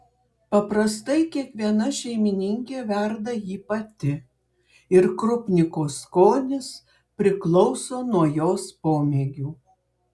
paprastai kiekviena šeimininkė verda jį pati ir krupniko skonis priklauso nuo jos pomėgių